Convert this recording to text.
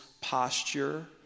posture